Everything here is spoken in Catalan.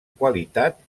qualitat